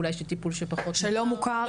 אולי טיפול שפחות מוכר,